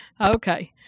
okay